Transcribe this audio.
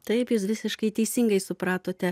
taip jūs visiškai teisingai supratote